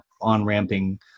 on-ramping